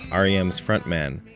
um rem's frontman,